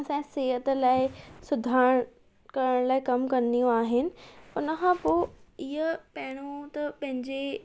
असांजे सेहत लाइ सुधार करण लाइ कमु कंदियूं आहिनि उनखां पोइ इहे पहिरियों त पंहिंजे